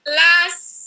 last